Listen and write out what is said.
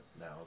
now